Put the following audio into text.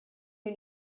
you